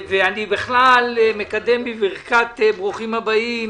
ואני מקדם בברכת ברוכים הבאים